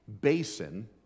basin